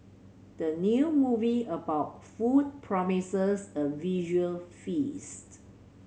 the new movie about food promises a visual feast